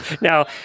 Now